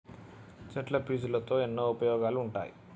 చెట్ల పీచులతో ఎన్నో ఉపయోగాలు ఉంటాయి